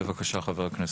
בבקשה חבר הכנסת רוטמן.